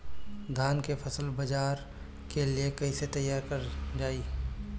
धान के फसल बाजार के लिए कईसे तैयार कइल जाए?